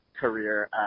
career